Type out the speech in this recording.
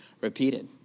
repeated